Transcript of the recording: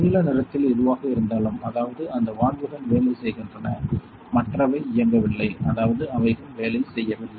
நீல நிறத்தில் எதுவாக இருந்தாலும் அதாவது அந்த வால்வுகள் வேலை செய்கின்றன மற்றவை இயங்கவில்லை அதாவது அவைகள் வேலை செய்யவில்லை